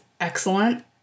excellent